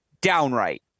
downright